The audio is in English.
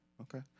Okay